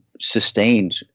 sustained